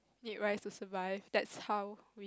need rice to survive that's how